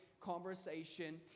conversation